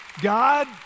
God